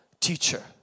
teacher